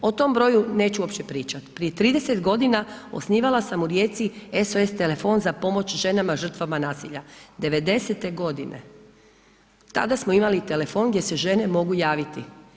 O tom broju neću uopće pričat, prije 30 g. osnivala sam u Rijeci SOS telefon za pomoć ženama žrtvama nasilja, 90-te godine, tada smo imali telefon gdje se žene mogu javiti.